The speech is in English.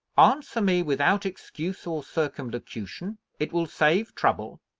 answer me without excuse or circumlocution it will save trouble.